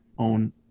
Own